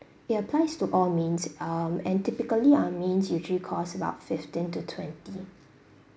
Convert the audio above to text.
it applies to all mains um and typically our mains usually cost about fifteen to twenty